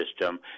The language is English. system